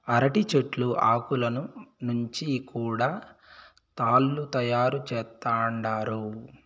అరటి చెట్ల ఆకులను నుంచి కూడా తాళ్ళు తయారు చేత్తండారు